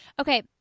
Okay